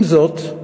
עם זאת,